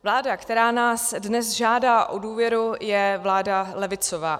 Vláda, která nás dnes žádá o důvěru, je vláda levicová.